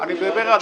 אני מדבר על